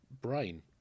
brain